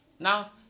Now